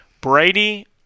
Brady